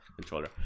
controller